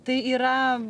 tai yra